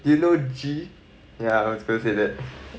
you know G yeah I was going to say that